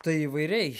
tai įvairiai